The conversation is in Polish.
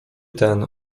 ten